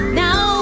now